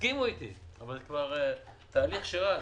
הם הסכימו איתי, אבל זה תהליך שרץ.